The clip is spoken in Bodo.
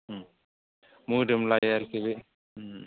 मोदोमलायो आरोखि बे